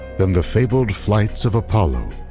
than the fabled flights of apollo.